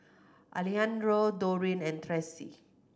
Alejandro Dorene and Tressie